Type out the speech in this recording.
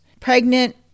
pregnant